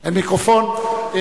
אין מיקרופונים.